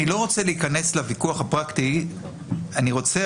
אני לא רוצה להיכנס לוויכוח הפרקטי אבל אני רוצה